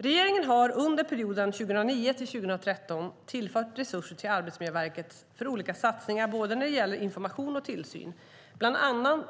Regeringen har under perioden 2009-2013 tillfört resurser till Arbetsmiljöverket för olika satsningar, när det gäller både information och tillsyn, bland annat